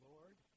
Lord